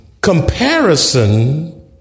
Comparison